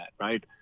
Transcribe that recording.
Right